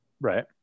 Right